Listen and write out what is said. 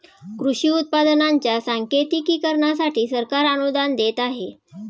कृषी उत्पादनांच्या सांकेतिकीकरणासाठी सरकार अनुदान देत आहे